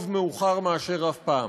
טוב מאוחר מאשר אף פעם.